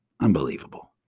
unbelievable